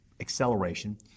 acceleration